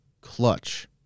clutch